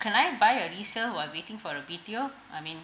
can I buy a resale while waiting for the B_T_O I mean